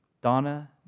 Donna